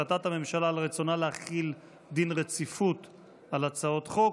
החלטת הממשלה על רצונה להחיל דין רציפות על הצעות חוק.